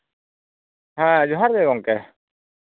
ᱦᱮᱸ ᱡᱚᱦᱟᱨ ᱜᱮ ᱜᱚᱝᱠᱮ